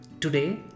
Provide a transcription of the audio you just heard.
Today